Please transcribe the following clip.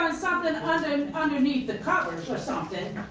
ah something underneath the covers or something,